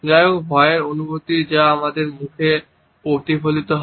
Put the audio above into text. যাইহোক ভয়ের অনুভূতি যা আমাদের মুখে প্রতিফলিত হয়